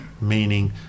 meaning